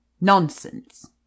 Nonsense